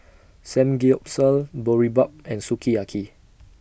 Samgeyopsal Boribap and Sukiyaki